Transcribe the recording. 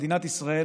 מדינת ישראל,